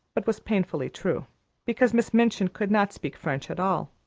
but was painfully true because miss minchin could not speak french at all,